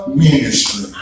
ministry